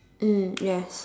mm yes